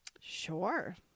Sure